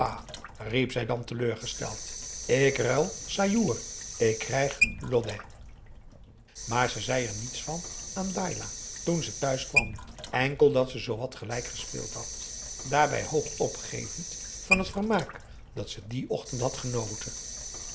riep zij dan teleurgesteld ik ruil sajoer ik krijg lodeh maar ze zei er niets van aan dailah toen ze thuis kwam enkel dat ze zoowat gelijk gespeeld had daarbij hoog opgevend van het vermaak dat ze dien ochtend had genoten